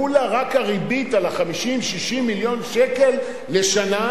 כולה, זו רק הריבית על 50 60 מיליון השקל לשנה,